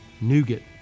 nougat